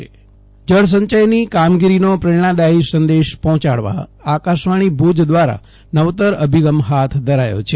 જયદિપ વૈષ્ણવ જળ સંચય ઈજન જળસંચયની કામગીરીનો પ્રેરણાદાથી સંદેશ પર્હોચાડવા આકાશવાણી ભુજ દ્વારા નવતર અભિગમ હાથ ધરાયો છે